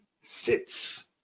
sits